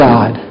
God